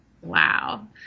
Wow